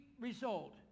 result